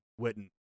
Witten